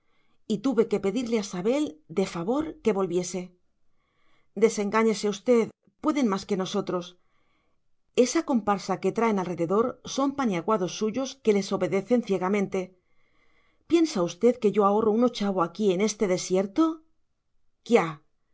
y tuve que pedirle a sabel de favor que volviese desengáñese usted pueden más que nosotros esa comparsa que traen alrededor son paniaguados suyos que les obedecen ciegamente piensa usted que yo ahorro un ochavo aquí en este desierto